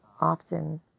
Often